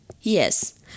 Yes